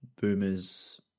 boomers